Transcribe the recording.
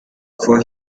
for